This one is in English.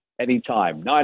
anytime